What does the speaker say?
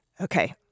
Okay